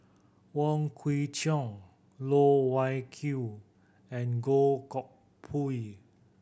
Wong Kwei Cheong Loh Wai Kiew and Goh Koh Pui